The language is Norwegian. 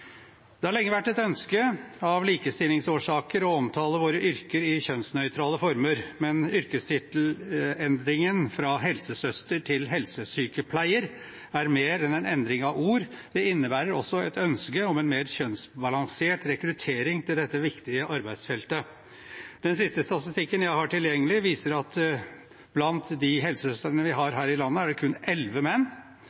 av likestillingsårsaker lenge vært et ønske om å omtale våre yrker i kjønnsnøytrale former, men yrkestittelendringen fra «helsesøster» til «helsesykepleier» er mer enn en endring av ord. Det innebærer også et ønske om en mer kjønnsbalansert rekruttering til dette viktige arbeidsfeltet. Den siste statistikken jeg har tilgjengelig, viser at blant de helsesøstrene vi har